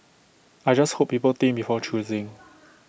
I just hope people think before choosing